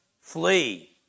flee